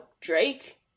Drake